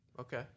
Okay